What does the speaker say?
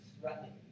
threatening